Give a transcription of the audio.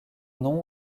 nom